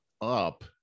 up